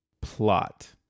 plot